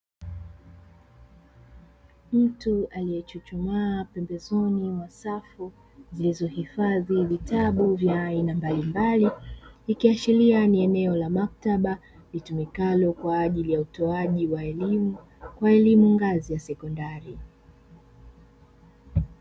Mtu aliyechuchumaa pembezoni mwa safu zilizohifadhi vitabu vya aina mbalimbali, ikiashiria ni eneo la maktaba litumikalo kwa ajili ya utoaji wa elimu ngazi ya sekondari.